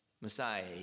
Messiah